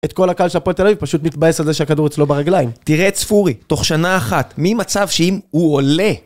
את כל הקל של הפרק תל אביב, פשוט מתבאס על זה שהכדור אצלו ברגליים. תראה את צפורי, תוך שנה אחת, מי מצב שאם הוא עולה.